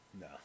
No